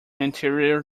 interior